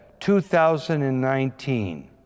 2019